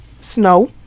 Snow